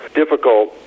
difficult